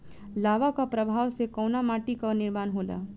लावा क प्रवाह से कउना माटी क निर्माण होला?